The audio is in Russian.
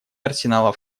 арсеналов